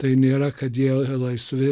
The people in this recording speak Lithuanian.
tai nėra kad jie laisvi